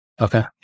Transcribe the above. Okay